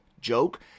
joke